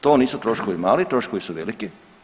To nisu troškovi mali, troškovi su veliki.